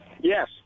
Yes